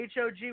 HOG